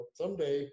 someday